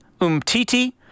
Umtiti